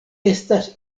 estas